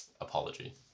apology